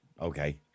Okay